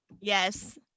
Yes